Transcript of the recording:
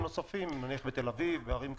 נוספים נניח בתל אביב ובערים כאלה.